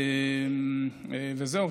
וזהו.